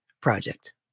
Project